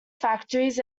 factories